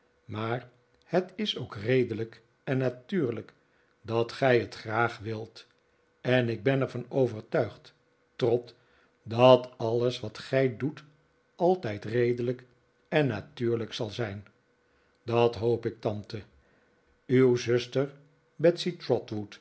maar het is ook redelijk en natuurlijk dat gij het graag wilt en ik ben er van overtuigd trot dat alles wat gij doet altijd redelijk en natuurlijk zal zijn dat hoop ik tante uw zuster